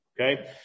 okay